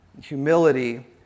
Humility